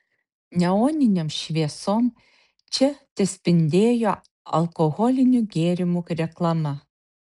neoninėm šviesom čia tespindėjo alkoholinių gėrimų reklama